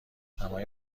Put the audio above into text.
دمای